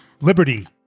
Liberty